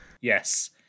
Yes